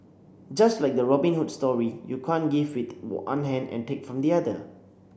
just like the Robin Hood story you can't give with one hand and take from the other